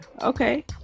Okay